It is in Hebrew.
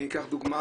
אני אקח דוגמה